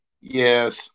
Yes